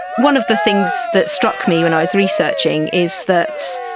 one of the things that struck me when i was researching is that